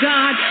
God